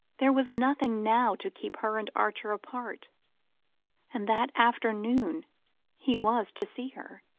there was nothing now to keep her and archer apart and that afternoon he was to see her.